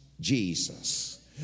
Jesus